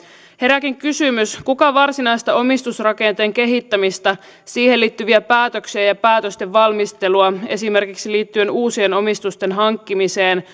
herääkin kysymys kuka varsinaista omistusrakenteen kehittämistä siihen liittyviä päätöksiä ja päätösten valmistelua esimerkiksi liittyen uusien omistusten hankkimiseen